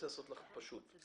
יכול